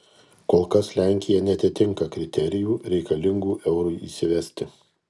kol kas lenkija neatitinka kriterijų reikalingų eurui įsivesti